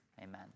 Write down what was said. Amen